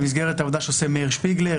במסגרת העבודה שעושה מאיר שפיגלר,